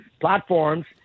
platforms